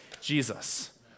Jesus